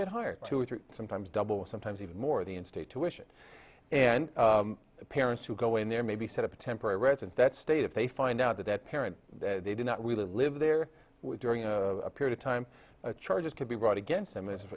bit higher two or three sometimes double or sometimes even more the in state tuition and the parents who go in there maybe set up a temporary residence that state if they find out that that parent they did not really live there during a period of time charges could be brought against them